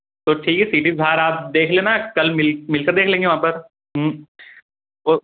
तो ठीक है सिटी से बाहर आप देख लेना कल मिल मिल कर देख लेंगे वहाँ पर और